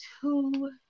two